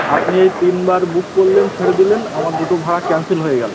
আপনি এই তিনবার বুক করলেন ছেড়ে দিলেন আমার দুটো ভাড়া ক্যানসেল হয়ে গেলো